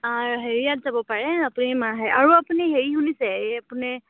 হেৰিয়াত যাব পাৰে আপুনি মাহে আৰু আপুনি হেৰি শুনিছে হেৰি আপুনি